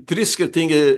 trys skirtingi